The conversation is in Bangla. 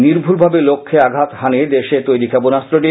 নির্ভুলভাবে লক্ষ্যে আঘাত হানে দেশে তৈরি ক্ষেপণাস্ত্রটি